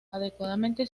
adecuadamente